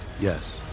Yes